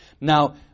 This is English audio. Now